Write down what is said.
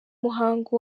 muhango